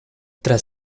tras